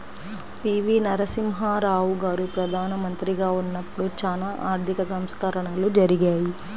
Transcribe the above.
పి.వి.నరసింహారావు గారు ప్రదానమంత్రిగా ఉన్నపుడు చానా ఆర్థిక సంస్కరణలు జరిగాయి